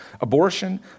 Abortion